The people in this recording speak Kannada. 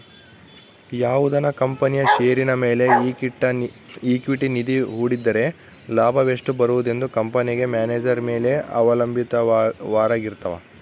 ಯಾವುದನ ಕಂಪನಿಯ ಷೇರಿನ ಮೇಲೆ ಈಕ್ವಿಟಿ ನಿಧಿ ಹೂಡಿದ್ದರೆ ಲಾಭವೆಷ್ಟು ಬರುವುದೆಂದು ಕಂಪೆನೆಗ ಮ್ಯಾನೇಜರ್ ಮೇಲೆ ಅವಲಂಭಿತವಾರಗಿರ್ತವ